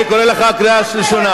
אני קורא לך קריאה ראשונה.